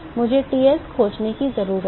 मुझे Ts खोजने की जरूरत है